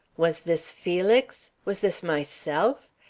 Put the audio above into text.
was this felix? was this myself?